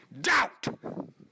doubt